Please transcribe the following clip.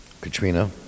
Katrina